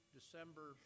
December